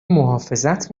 محافظت